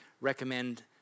recommend